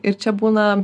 ir čia būna